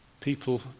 People